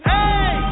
Hey